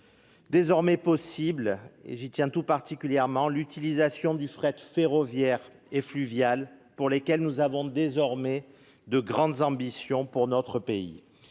désormais possible- j'y tiens tout particulièrement -l'utilisation du fret ferroviaire et du fret fluvial, pour lesquels nous avons désormais de grandes ambitions dans notre pays.